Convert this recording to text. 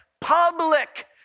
public